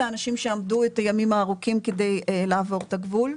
האנשים שעמדו את הימים הארוכים כדי לעבור את הגבול,